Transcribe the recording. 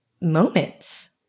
moments